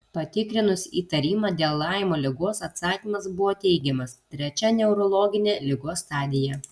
patikrinus įtarimą dėl laimo ligos atsakymas buvo teigiamas trečia neurologinė ligos stadija